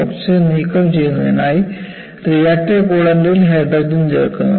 oxygen നീക്കം ചെയ്യുന്നതിനായി reactor കൂളന്റിൽ ഹൈഡ്രജൻ ചേർക്കുന്നു